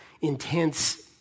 intense